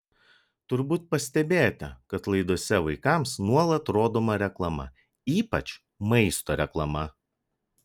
turbūt pastebėjote kad laidose vaikams nuolat rodoma reklama ypač maisto reklama